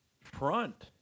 front